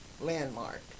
landmark